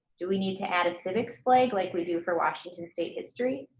do we need to add a civics like like we do for washington state history